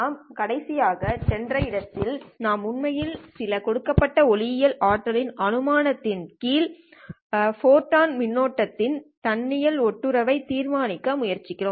நாம் கடைசியாக சென்ற இடத்தில் நாம் உண்மையில் சில கொடுக்கப்பட்ட ஒளியியல் ஆற்றலின் அனுமானத்தின் கீழ் I ஃபோட்டா மின்னோட்டத்தின் தன்னியல் ஒட்டுறவை தீர்மானிக்க முயற்சிக்கிறோம்